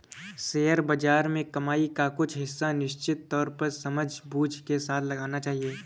share बाज़ार में कमाई का कुछ हिस्सा निश्चित तौर पर समझबूझ के साथ लगाना चहिये